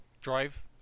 drive